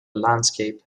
landscape